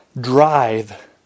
drive